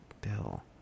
bill